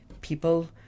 people